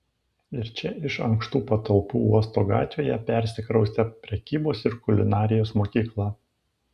ir čia iš ankštų patalpų uosto gatvėje persikraustė prekybos ir kulinarijos mokykla